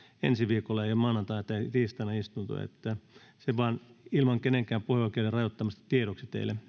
ensi viikolla ei ole maanantaina tai tiistaina istuntoja se vain ilman kenenkään puheoikeuden rajoittamista tiedoksi teille